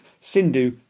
Sindhu